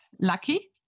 lucky